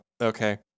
Okay